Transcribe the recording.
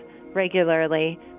regularly